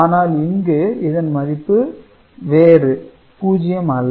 ஆனால் இங்கு இதன் மதிப்பு வேறு 0 அல்ல